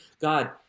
God